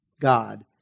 God